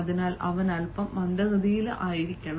അതിനായി അവൻ അൽപ്പം മന്ദഗതിയിലായിരിക്കണം